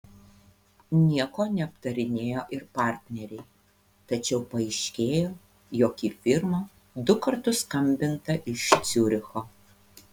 nieko neaptarinėjo ir partneriai tačiau paaiškėjo jog į firmą du kartus skambinta iš ciuricho